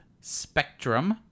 spectrum